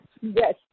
Yes